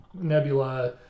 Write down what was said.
Nebula